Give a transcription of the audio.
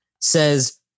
says